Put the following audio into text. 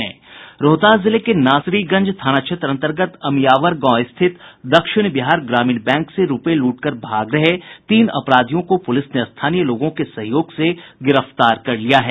रोहतास जिले के नासरीगंज थाना क्षेत्र अंतर्गत अमियावर गांव स्थित दक्षिण बिहार ग्रामीण बैंक से रूपये लूटकर भाग रहे तीन अपराधियों को पुलिस ने स्थानीय लोगों के सहयोग से गिरफ्तार कर लिया है